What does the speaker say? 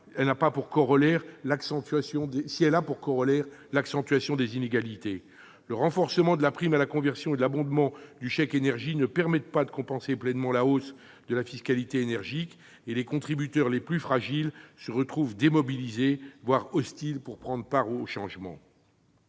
si elle a pour corollaire l'accentuation des inégalités. Le renforcement de la prime à la conversion et l'abondement du chèque énergie ne permettant pas de compenser pleinement la hausse de la fiscalité sur l'énergie, les contributeurs les plus fragiles se retrouvent démobilisés, voire hostiles au changement.